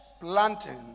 planting